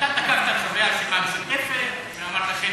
אתה תקפת את חברי הרשימה המשותפת ואמרת שהם,